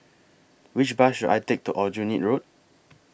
Which Bus should I Take to Aljunied Road